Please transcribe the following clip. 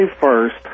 first